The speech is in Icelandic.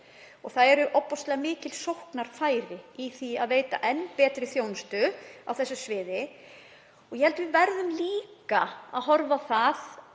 Það eru ofboðslega mikil sóknarfæri í því að veita enn betri þjónustu á því sviði. Ég held að við verðum líka að horfa á það